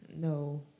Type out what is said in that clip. No